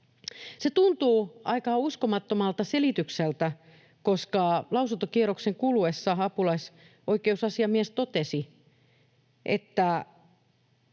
Se tuntuu aika uskomattomalta selitykseltä, koska lausuntokierroksen kuluessa apulaisoikeusasiamies totesi, että